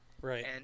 Right